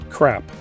CRAP